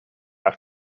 have